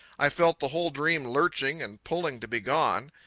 i felt the whole dream lurching and pulling to be gone.